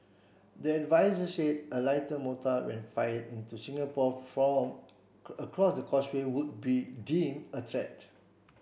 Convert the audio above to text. the adviser said a lighter mortar when fired into Singapore from across the Causeway would be deemed a threat